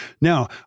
Now